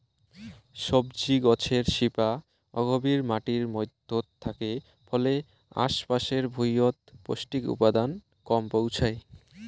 সবজি গছের শিপা অগভীর মাটির মইধ্যত থাকে ফলে আশ পাশের ভুঁইয়ত পৌষ্টিক উপাদান কম পৌঁছায়